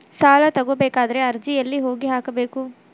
ಸಾಲ ತಗೋಬೇಕಾದ್ರೆ ಅರ್ಜಿ ಎಲ್ಲಿ ಹೋಗಿ ಹಾಕಬೇಕು?